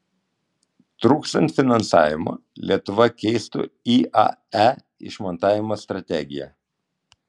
trūkstant finansavimo lietuva keistų iae išmontavimo strategiją